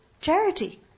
charity